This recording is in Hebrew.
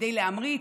כדי להמריץ,